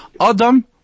Adam